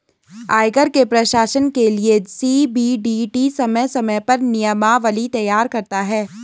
आयकर के प्रशासन के लिये सी.बी.डी.टी समय समय पर नियमावली तैयार करता है